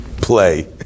play